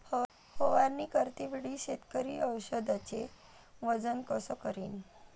फवारणी करते वेळी शेतकरी औषधचे वजन कस करीन?